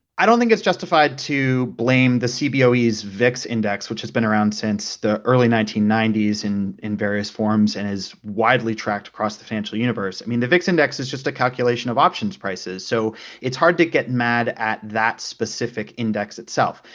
i don't think it's justified to blame the cboe's vix index, which has been around since the early nineteen ninety s in in various forms, and is widely tracked across the financial universe. i mean, the vix index is just a calculation of options prices. so it's hard to get mad at that specific index itself.